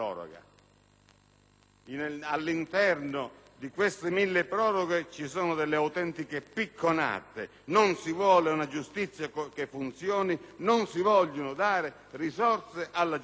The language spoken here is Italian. provvedimento milleproroghe ci sono autentiche picconate. Non si vuole una giustizia che funzioni e non si vogliono dare risorse alla giustizia!